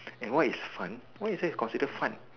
and why is fun why is it considered fun